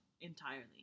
entirely